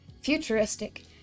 futuristic